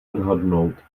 odhadnout